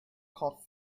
caught